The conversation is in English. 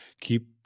Keep